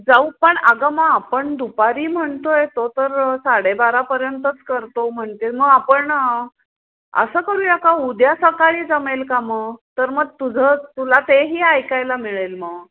जाऊ पण अगं मग आपण दुपारी म्हणतो येतो तर साडेबारापर्यंतच करतो म्हणतील मग आपण असं करूया का उद्या सकाळी जमेल का मग तर मग तुझं तुला तेही ऐकायला मिळेल मग